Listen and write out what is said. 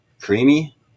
creamy